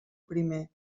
primer